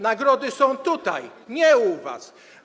Nagrody są tutaj, nie u was.